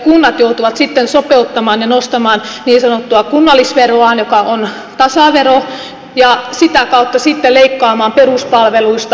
kunnat joutuvat sitten sopeuttamaan ja nostamaan niin sanottua kunnallisveroaan joka on tasavero ja sitä kautta sitten leikkaamaan peruspalveluista